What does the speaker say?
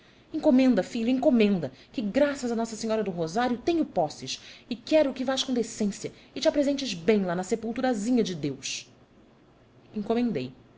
encomenda filho encomenda que graças a nossa senhora do rosário tenho posses e quero que vás com decência e te apresentes bem lá na sepulturazinha de deus encomendei